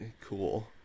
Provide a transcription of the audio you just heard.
Cool